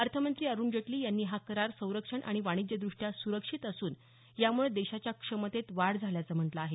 अर्थमंत्री अरुण जेटली यांनी हा करार संरक्षण आणि वाणिज्यदृष्ट्या सुरक्षित असून यामुळे देशाच्या क्षमतेत वाढ झाल्याचं म्हटलं आहे